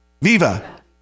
Viva